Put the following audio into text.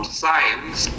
science